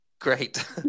Great